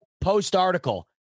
post-article